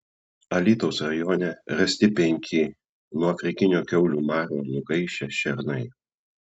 alytaus rajone rasti penki nuo afrikinio kiaulių maro nugaišę šernai